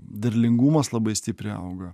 derlingumas labai stipriai auga